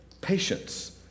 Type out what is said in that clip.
Patience